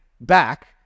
back